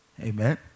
Amen